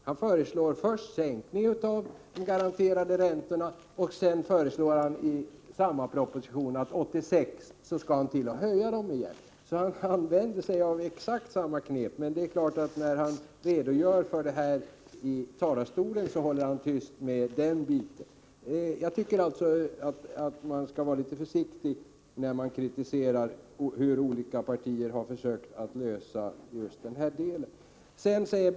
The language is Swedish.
Han föreslår först sänkning av de garanterade räntorna och sedan i samma proposition en höjning 1986. Han använder sig av exakt samma knep, men när han i talarstolen redogör för propositionen är det klart att han håller tyst med den biten. Jag tycker att man skall vara litet försiktig när man kritiserar andra partier för hur de försökt lösa det här problemet.